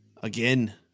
Again